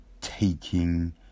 Taking